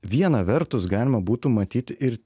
viena vertus galima būtų matyti ir